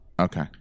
Okay